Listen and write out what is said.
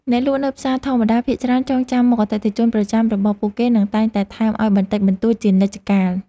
អ្នកលក់នៅផ្សារធម្មតាភាគច្រើនចងចាំមុខអតិថិជនប្រចាំរបស់ពួកគេនិងតែងតែថែមឱ្យបន្តិចបន្តួចជានិច្ចកាល។